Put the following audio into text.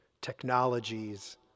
technologies